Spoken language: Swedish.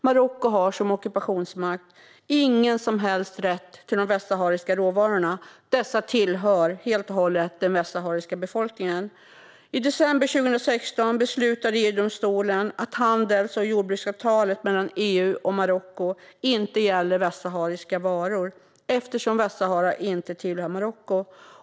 Marocko har som ockupationsmakt ingen som helst rätt till de västsahariska råvarorna. Dessa tillhör helt och hållet den västsahariska befolkningen. I december 2016 beslutade EU-domstolen att handels och jordbruksavtalet mellan EU och Marocko inte gäller västsahariska varor, eftersom Västsahara inte tillhör Marocko.